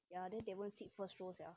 ya then 给他们 sit first row sia